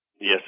Yes